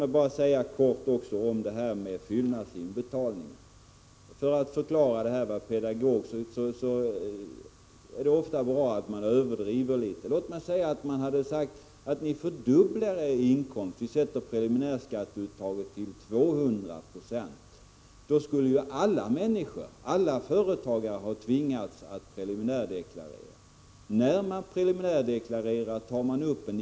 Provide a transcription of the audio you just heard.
Så bara några ord i frågan om fyllnadsinbetalningar. För att förklara saker och ting är det ofta pedagogiskt att överdriva. Låt oss anta att man gjort bedömningen att vissa företag kommer att fördubbla sina inkomster och att därför preliminärskatteuttaget fastställts till 200 20. Då skulle alla företagare tvingas avge en preliminär deklaration. Men när man preliminärdeklarerar räknar man lågt.